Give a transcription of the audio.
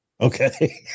Okay